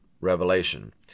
revelation